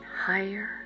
higher